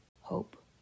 hope